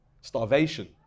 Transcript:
starvation